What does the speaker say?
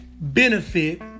Benefit